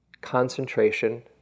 concentration